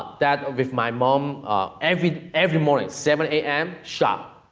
that with my mom every, every morning seven a m. sharp.